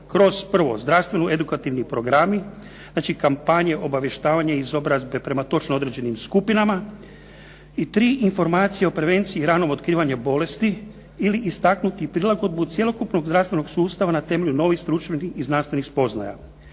kroz prvo, zdravstveno edukativni programi, znači kampanje, obavještavanje, izobrazbe prema točno određenim skupinama. I tri, informacije o prevenciji ranog otkrivanja bolesti ili istaknuti prilagodbu cjelokupnog zdravstvenog sustava na temelju novih stručnih i znanstvenih spoznaja.